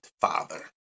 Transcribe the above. father